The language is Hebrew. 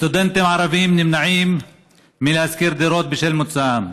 סטודנטים ערבים נמנעים מלשכור דירות בשל מוצאם,